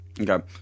Okay